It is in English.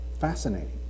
fascinating